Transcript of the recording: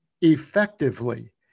effectively